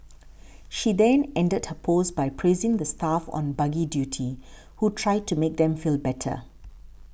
she then ended her post by praising the staff on buggy duty who tried to make them feel better